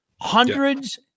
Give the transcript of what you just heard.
Hundreds